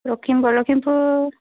Lakhimpur Lakhimpur